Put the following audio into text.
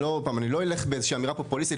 אני לא אלך באיזושהי אמירה פופוליסטית,